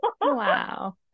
Wow